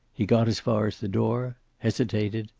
he got as far as the door, hesitated,